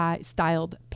styled